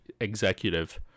executive